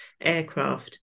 aircraft